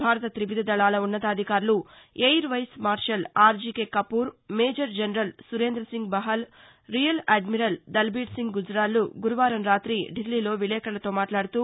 భారత తివిధ దళాల ఉన్నతాధికారులు air vice marshal RGK Kapoor major general Surendasingh Bahal rear admiral Dalbirsingh గుజాల్లు గురువారం రాతి ఢిల్లీలో విలేకర్లతో మాట్లాడుతూ